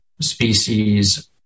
species